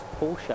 Porsche